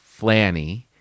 Flanny